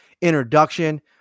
introduction